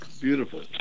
beautiful